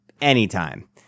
anytime